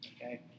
okay